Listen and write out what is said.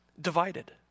divided